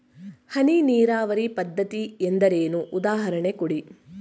ಹನಿ ನೀರಾವರಿ ಪದ್ಧತಿ ಎಂದರೇನು, ಉದಾಹರಣೆ ಕೊಡಿ?